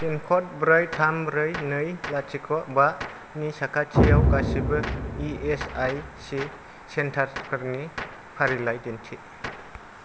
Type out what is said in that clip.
पिनक'ड ब्रै थाम ब्रै नै लाथिख' बा नि साखाथियाव गासिबो इ एस आइ सि सेन्टारफोरनि फारिलाइ दिन्थि